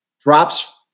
drops